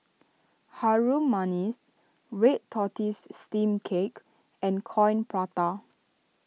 Harum Manis Red Tortoise Steamed Cake and Coin Prata